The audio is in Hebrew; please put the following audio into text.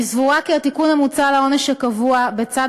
אני סבורה כי התיקון המוצע בעונש הקבוע בצד